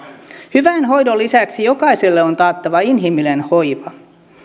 hyvän hoidon lisäksi jokaiselle on taattava inhimillinen hoiva